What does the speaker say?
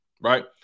right